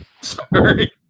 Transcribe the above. Sorry